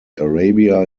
arabia